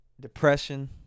depression